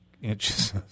Inches